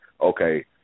okay